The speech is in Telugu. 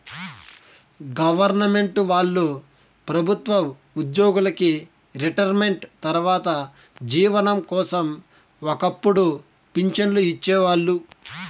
గొవర్నమెంటు వాళ్ళు ప్రభుత్వ ఉద్యోగులకి రిటైర్మెంటు తర్వాత జీవనం కోసం ఒక్కపుడు పింఛన్లు ఇచ్చేవాళ్ళు